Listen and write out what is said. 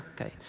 Okay